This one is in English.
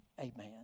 Amen